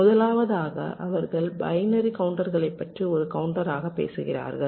முதலாவதாக அவர்கள் பைனரி கவுண்டர்களைப் பற்றி ஒரு கவுண்டராக பேசுகிறார்கள்